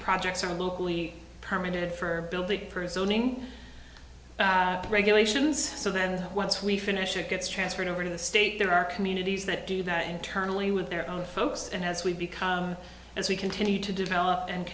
projects are locally permitted for build it presuming regulations so then once we finish it gets transferred over to the state there are communities that do that internally with their own folks and as we become as we continue to develop and